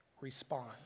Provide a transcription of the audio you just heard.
respond